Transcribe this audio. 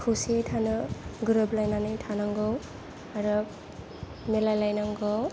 खौसेयै थानो गोरोबलायनानै थानांगौ आरो मिलायलायनांगौ